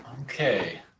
Okay